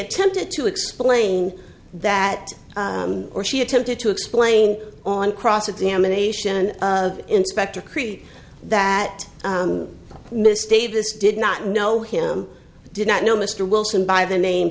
attempted to explain that or she attempted to explain on cross examination of inspector created that miss davis did not know him did not know mr wilson by the name